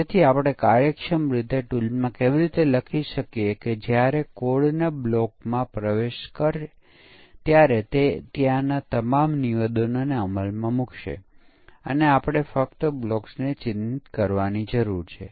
જો આપણે 10 સેકંડ દરેક મૂલ્યની જોડી માટે લઈએ જે ખૂબ જ ઝડપી બધા સંભવિત મૂલ્યો દાખલ કરવામાં અબજ વર્ષોનો સમય લાગશે